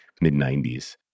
mid-90s